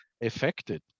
affected